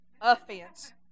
Offense